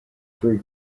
free